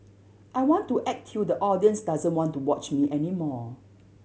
I want to act till the audience doesn't want to watch me any more